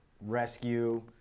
rescue